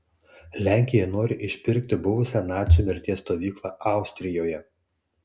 lenkija nori išpirkti buvusią nacių mirties stovyklą austrijoje